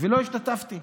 ולא השתתפתי.